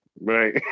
Right